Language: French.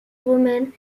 romaine